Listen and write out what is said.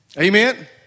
Amen